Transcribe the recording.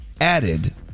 added